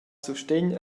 sustegn